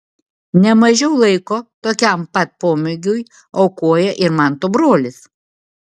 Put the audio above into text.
ne mažiau laiko tokiam pat pomėgiui aukoja ir manto brolis